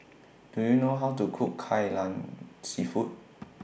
Do YOU know How to Cook Kai Lan Seafood